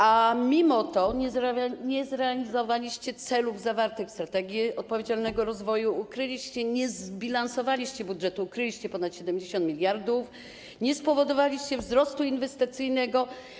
A mimo to nie zrealizowaliście celów zawartych w strategii odpowiedzialnego rozwoju, nie zbilansowaliście budżetu, ukryliście ponad 70 mld, nie spowodowaliście wzrostu inwestycyjnego.